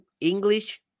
English